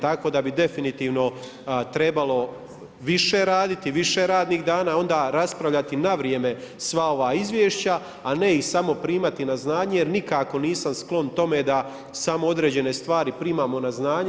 Tako da bi definitivno trebalo više raditi, više radnih dana, onda raspravljati na vrijeme sva ova izvješća, a ne samo primati na znanje, jer nikako nisam sklon tome da samo određene stvari primamo na znanje.